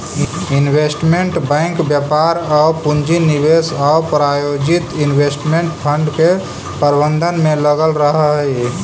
investment bank व्यापार आउ पूंजी निवेश आउ प्रायोजित इन्वेस्टमेंट फंड के प्रबंधन में लगल रहऽ हइ